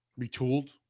Retooled